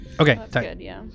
Okay